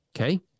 okay